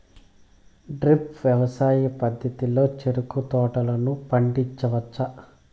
drip వ్యవసాయ పద్ధతిలో చెరుకు తోటలను పండించవచ్చా